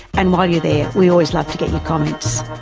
and while you're there, we always love to get your comments.